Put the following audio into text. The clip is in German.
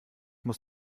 muss